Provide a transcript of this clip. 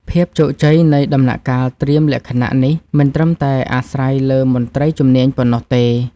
ភាពជោគជ័យនៃដំណាក់កាលត្រៀមលក្ខណៈនេះ មិនត្រឹមតែអាស្រ័យលើមន្ត្រីជំនាញប៉ុណ្ណោះទេ។